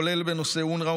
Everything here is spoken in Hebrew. כולל בנושא אונר"א,